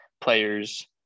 players